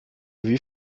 wie